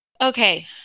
okay